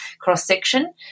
cross-section